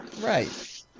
Right